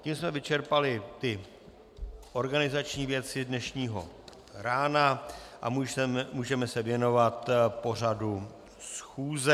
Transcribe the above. Tím jsme vyčerpali ty organizační věci dnešního rána a můžeme se věnovat pořadu schůze.